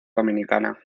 dominicana